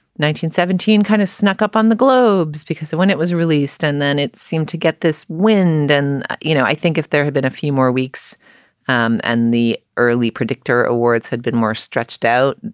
seventeen kind of snuck up on the globes because of when it was released and then it seemed to get this wind and you know, i think if there had been a few more weeks um and the early predictor awards had been more stretched out,